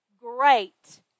Great